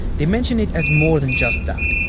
they mention it as more than just that.